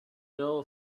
know